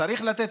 צריך לתת,